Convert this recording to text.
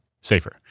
safer